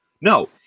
No